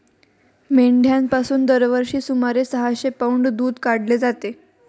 मेंढ्यांपासून दरवर्षी सुमारे सहाशे पौंड दूध काढले जाते